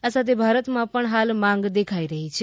આ સાથે ભારતમાં પણ હાલ માંગ દેખાઈ રહી છે